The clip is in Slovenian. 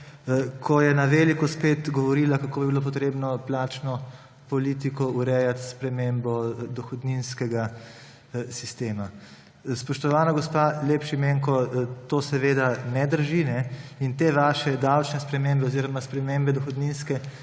ko je na veliko spet govorila, kako bi bilo potrebno plačno politiko urejati s spremembo dohodninskega sistema. Spoštovana gospa Lep Šimenko, to seveda ne drži. Te vaše davčne spremembe oziroma spremembe dohodninske